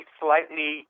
slightly